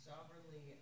sovereignly